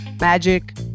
Magic